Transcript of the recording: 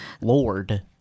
Lord